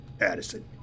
Addison